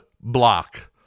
block